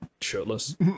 shirtless